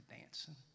dancing